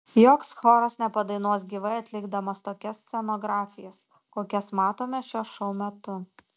joks choras nepadainuos gyvai atlikdamas tokias scenografijas kokias matome šio šou metu